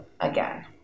again